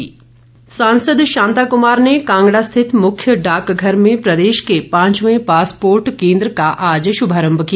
passport सांसद शांता कुमार ने कांगड़ा स्थित मुख्य डाकघर में प्रदेश के पांचवे पासपोर्ट केंद्र का आज शुभारंभ किया